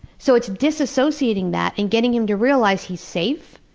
so, it's disassociating that and getting him to realize he's safe,